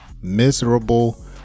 miserable